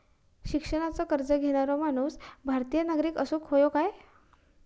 शिक्षणाचो कर्ज घेणारो माणूस भारताचो नागरिक असूक हवो काय?